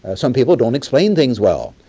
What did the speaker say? ah some people don't explain things well.